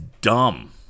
dumb